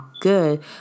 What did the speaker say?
good